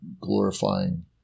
glorifying